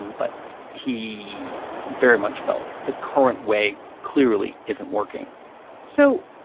but he very much felt the current way clearly isn't working so,